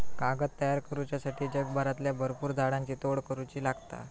कागद तयार करुच्यासाठी जगभरातल्या भरपुर झाडांची तोड करुची लागता